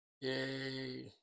Yay